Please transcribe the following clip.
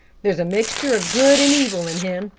there's mixture of good and evil in him,